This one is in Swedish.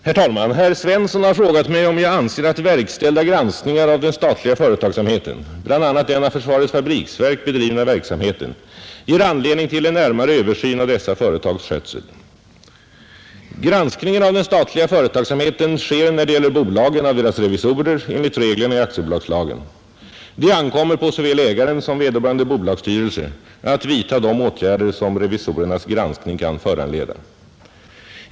Herr talman! Herr Svensson i Malmö har frågat mig om jag anser att verkställda granskningar av den statliga företagsamheten, bland annat den av försvarets fabriksverk bedrivna verksamheten, ger anledning till en närmare Översyn av dessa företags skötsel. Granskningen av den statliga företagsamheten sker när det gäller bolagen av deras revisorer enligt reglerna i aktiebolagslagen. Det ankommer på såväl ägaren som vederbörande bolagsstyrelse att vidta de åtgärder som revisorernas granskning kan föranleda.